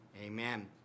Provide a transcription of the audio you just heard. Amen